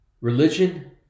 Religion